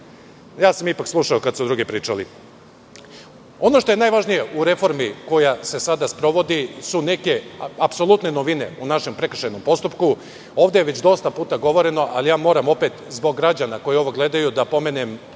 ja sam ipak slušao dok su drugi pričali. Ono što je najvažnije u reformi koja se sada sprovodi su neke apsolutne novine u našem prekršajnom postupku. Ovde je već dosta puta govoreno, ali moram opet zbog građana koji ovo gledaju da pomenem